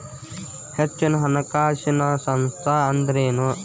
ಹೆಚ್ಚಿನ ಹಣಕಾಸಿನ ಸಂಸ್ಥಾ ಅಂದ್ರೇನು?